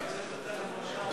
אולי צריך יותר הגמשה,